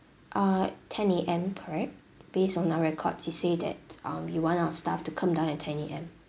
uh ten A_M correct based on our record you said that um you want our staff to come down at ten A_M